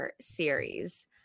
series